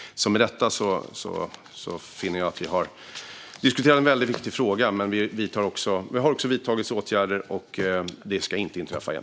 Vi har diskuterat en väldigt viktig fråga. Det har vidtagits åtgärder, och detta ska inte inträffa igen.